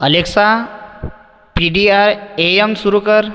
Alexa P D I M सुरू कर